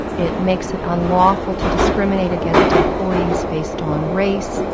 it makes it unlawful to discriminate against employees based on race,